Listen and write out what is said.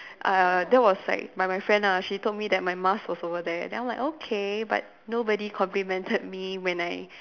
uh that was like my my friend ah she told me that my Mars was over there then I was like okay but nobody complimented me when I